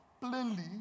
Plainly